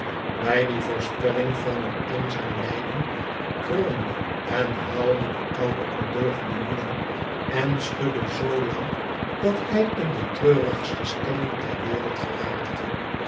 die voorspelling van een eenzaam lijden kreunde en huilde de oude ondeugende jongen en schudde zoo lang dat hij in de treurigste stemming ter wereld geraakte